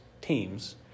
teams